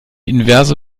inverse